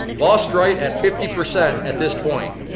lost right at fifty percent at this point.